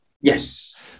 Yes